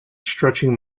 stretching